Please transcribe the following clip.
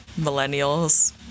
millennials